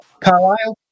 Carlisle